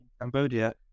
Cambodia